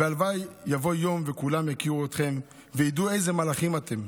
והלוואי שיבוא יום וכולם יכירו אתכם וידעו איזה מלאכים אתם.